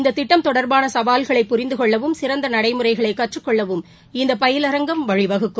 இந்ததிட்டம் தொடர்பானசவால்களை புரிந்துகொள்ளவும் சிறந்தநடைமுறைகளைகற்றுக் மேலும் கொள்ளவும் இந்தபயிலரங்கம் வழிவகுக்கும்